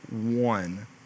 one